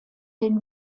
den